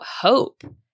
hope